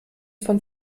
von